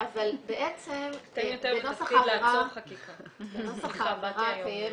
נוסח העבירה קיימת.